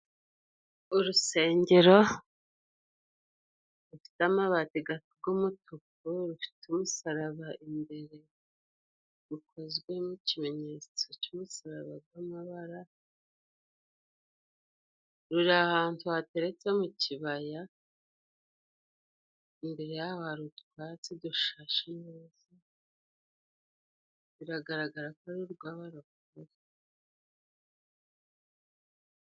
Urusengero rufite amabati g'umutuku, rufite umusaraba imbere, rukozwe n'ikimenyetso cy'umusaraba g'amabara, ruri ahantu hateretse mu kibaya, imbere yaho hari utwatsi dushashe neza, biragaragara ko ari urw'abarokore.